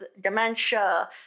dementia